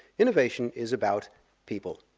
innovation is about people.